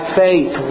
faith